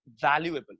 valuable